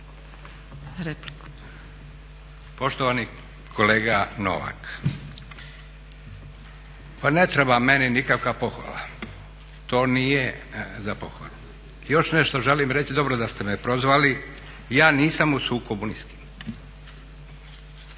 (SDP)** Poštovani kolega Novak, pa ne treba meni nikakva pohvala. To nije za pohvalu. Još nešto želim reći dobro da ste me prozvali, ja nisam u sukobi ni